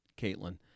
Caitlin